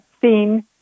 scene